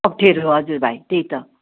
अप्ठ्यारो हजुर भाइ त्यही त